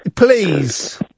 Please